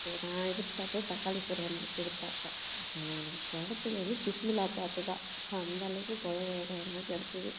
இப்போது நான் எதிர்பார்த்தது தக்காளி சோறு வந்து எதிர்பார்த்தேன் ஆனால் எனக்கு கிடைச்சது வந்து பிஸ்மில்லாபாத்து தான் அந்த அளவுக்கு கொழகொழகொழன்னு தான் கிடைச்சிது